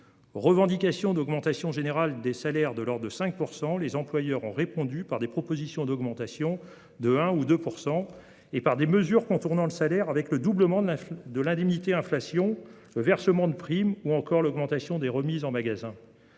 revendications d'augmentation générale des salaires de l'ordre de 5 %, les employeurs ont répondu par des propositions d'augmentation de 1 % ou 2 % et par des mesures contournant le salaire : doublement de l'indemnité inflation, versement de primes ou encore augmentation des remises en magasin.